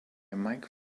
mike